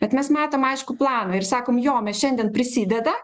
bet mes matom aiškų planą ir sakom jo mes šiandien prisideda